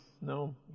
no